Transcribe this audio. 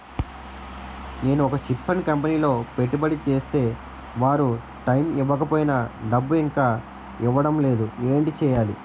నేను ఒక chit fund కంపెనీలో పెట్టుబడి చేస్తే వారు టైమ్ ఇవ్వకపోయినా డబ్బు ఇంకా ఇవ్వడం లేదు ఏంటి చేయాలి?